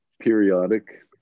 periodic